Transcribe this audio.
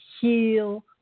heal